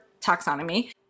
taxonomy